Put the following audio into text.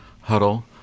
huddle